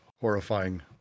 horrifying